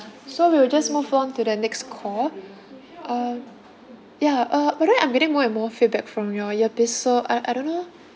so we will just move on to the next call um ya uh by the way I'm getting more and more feedback from your earpiece so uh I don't know